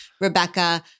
Rebecca